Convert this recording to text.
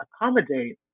accommodate